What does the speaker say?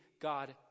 God